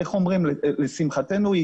לשמחתנו,